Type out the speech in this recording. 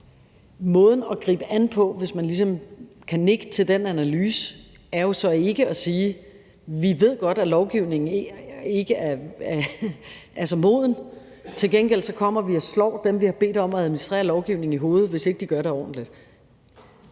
Måden at gribe det an på, hvis man ligesom kan nikke til den analyse, er jo så ikke at sige: Vi ved godt, at lovgivningen ikke er så moden; til gengæld kommer vi og slår dem, vi har bedt om at administrere lovgivningen, i hovedet, hvis ikke de gør det ordentligt.